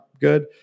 good